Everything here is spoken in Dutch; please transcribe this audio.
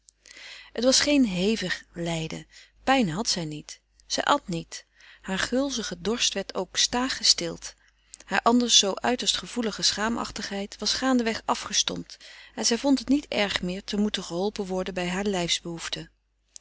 het was geen hevig lijden pijn had zij niet zij at niet haar gulzige dorst werd ook staag gestild haar anders zoo uiterst gevoelige schaamachtigheid was gaandeweg afgestompt en zij vond het niet erg meer te moeten geholpen worden bij haar